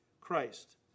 Christ